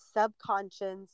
subconscious